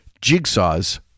Jigsaw's